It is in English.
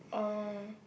oh